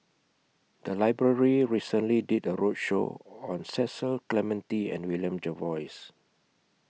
The Library recently did A roadshow on Cecil Clementi and William Jervois